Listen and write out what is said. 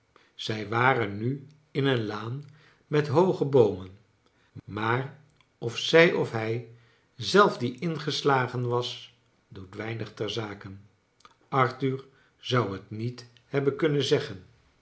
zij waren nu in een laan met hooge bo omen maar of zij of hij zelf die ingeslagen was doet weinig ter zake arthur zou het niet hebben kunnen zeggen